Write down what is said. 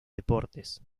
deportes